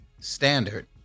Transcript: standard